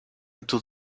into